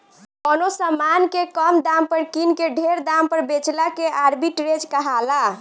कवनो समान के कम दाम पर किन के ढेर दाम पर बेचला के आर्ब्रिट्रेज कहाला